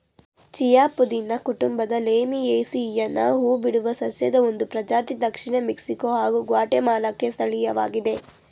chia ಪುದೀನ ಕುಟುಂಬದ ಲೇಮಿಯೇಸಿಯಿಯನ ಹೂಬಿಡುವ ಸಸ್ಯದ ಒಂದು ಪ್ರಜಾತಿ ದಕ್ಷಿಣ ಮೆಕ್ಸಿಕೊ ಹಾಗೂ ಗ್ವಾಟೆಮಾಲಾಕ್ಕೆ ಸ್ಥಳೀಯವಾಗಿದೆ